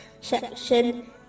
section